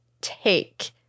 take